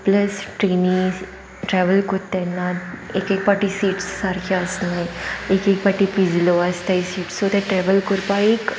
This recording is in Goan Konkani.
प्लस ट्रेनी ट्रेवल करता तेन्ना एक एक पाटी सिट्स सारकी आसनाय एक एक पाटी पिझलो आसताय सीट्स सो ते ट्रॅवल करपा एक